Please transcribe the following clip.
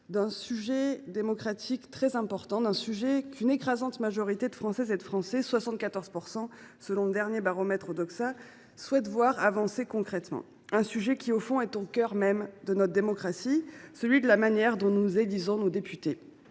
d’un sujet démocratique très important, qu’une écrasante majorité de Françaises et de Français – 74 %, selon le dernier baromètre Odoxa – souhaitent voir avancer concrètement ; un sujet qui, au fond, est au cœur même de notre démocratie puisqu’il s’agit de la manière dont nous élisons nos députés.